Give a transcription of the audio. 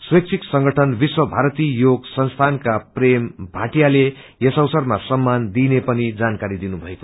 स्वैच्छिक संगठन विश्व भारती योग संसीनका प्रेम भाटियाले यस अवसरमा सम्मान दिइने पनि जानकारी दिनुभयो